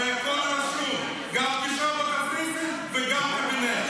הרי הכול רשום, גם הפגישה בקפריסין וגם הקבינט.